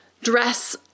dress